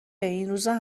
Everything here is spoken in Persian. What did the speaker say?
اینروزا